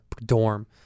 dorm